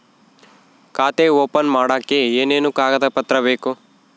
ಖಾತೆ ಓಪನ್ ಮಾಡಕ್ಕೆ ಏನೇನು ಕಾಗದ ಪತ್ರ ಬೇಕು?